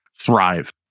thrive